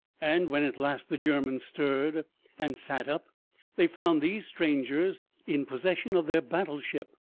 and when at last the germans stirred and sat up they found these strangers in possession of their battleship,